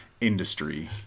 industry